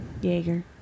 Jaeger